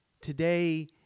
Today